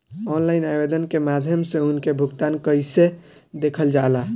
Online आवेदन के माध्यम से उनके भुगतान कैसे देखल जाला?